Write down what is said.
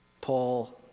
Paul